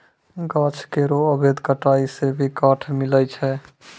गाछ केरो अवैध कटाई सें भी काठ मिलय छै